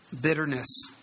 Bitterness